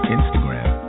Instagram